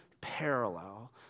parallel